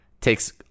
takes